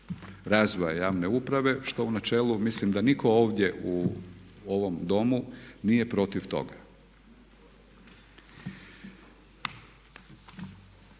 razvoja javne uprave što u načelu mislim da nitko ovdje u ovom Domu nije protiv toga.